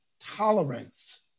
tolerance